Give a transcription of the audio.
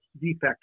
defect